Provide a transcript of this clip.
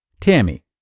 Tammy